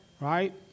Right